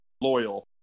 loyal